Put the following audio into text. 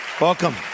Welcome